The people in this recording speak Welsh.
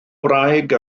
wraig